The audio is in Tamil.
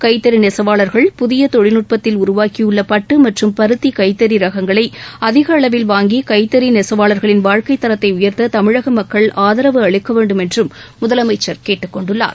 கைத்தறிநெசவாளர்கள் புதியதொழில்நுட்பத்தில் உருவாக்கியுள்ளபட்டுமற்றம் பருத்திகைத்தறிரகங்களைஅதிகளவில் வாங்கி கைத்தறிநெசவாளர்களின் வாழ்க்கைத் தரத்தைஉயர்த்ததமிழகமக்கள் ஆதரவு அளிக்கவேண்டும் என்றும் முதலமைச்சர் கேட்டுக் கொண்டுள்ளார்